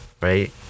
right